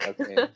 Okay